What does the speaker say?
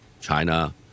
China